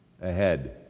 ahead